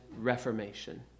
reformation